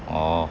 orh